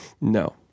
No